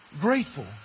grateful